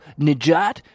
Nijat